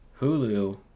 Hulu